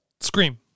Scream